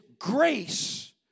grace